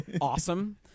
Awesome